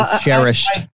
cherished